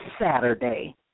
Saturday